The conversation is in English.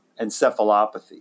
encephalopathy